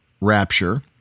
rapture